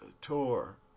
tour